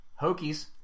Hokies